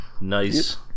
Nice